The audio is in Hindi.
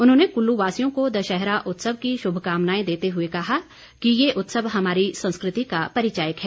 उन्होंने कुल्लूवासियों को दशहरा उत्सव की श्भकामनाए देते हए कहा कि ये उत्सव हमारी संस्कृति का परिचायक है